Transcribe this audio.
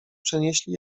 przenieśli